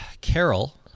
Carol